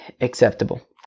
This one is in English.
acceptable